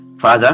father